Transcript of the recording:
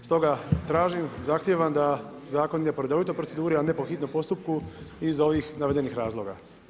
Stoga tražim, zahtijevam da zakon ide po redovitoj proceduri a ne po hitnom postupku iz ovih navedenih razloga.